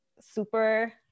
super